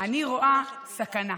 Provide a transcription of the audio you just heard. אני רואה סכנה,